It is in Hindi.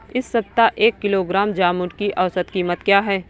इस सप्ताह एक किलोग्राम जामुन की औसत कीमत क्या है?